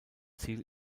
ziel